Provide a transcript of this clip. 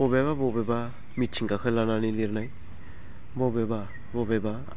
बबेबा बबेबा मिथिंगाखौ लानानै लिरनाय बबेबा बबेबा